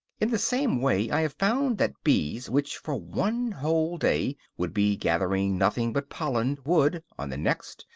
in the same way i have found that bees which for one whole day would be gathering nothing but pollen would, on the next,